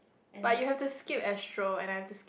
but you have to skip Astro and I have